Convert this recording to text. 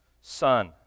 son